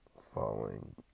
following